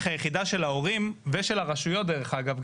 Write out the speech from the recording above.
היחידה של ההורים ושל הרשויות דרך אגב,